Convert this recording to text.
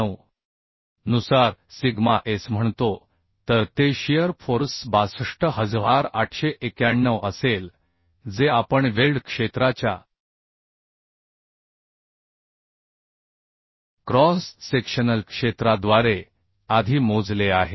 9 नुसार sigma s म्हणतो तर ते शियर फोर्स 62891 असेल जे आपण वेल्ड क्षेत्राच्या क्रॉस सेक्शनल क्षेत्राद्वारे आधी मोजले आहे